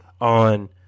on